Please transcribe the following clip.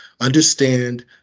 Understand